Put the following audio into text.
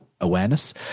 awareness